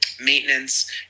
maintenance